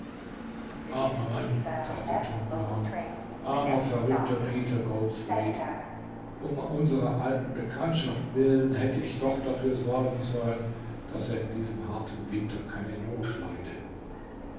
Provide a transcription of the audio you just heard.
armer mann dachte john brown armer verrückter peter goldthwaite um unserer alten bekanntschaft willen hätte ich doch dafür sorgen sollen daß er in diesem harten winter keine not